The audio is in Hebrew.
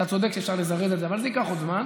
אתה צודק שאפשר לזרז את זה, אבל זה ייקח עוד זמן.